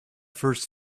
first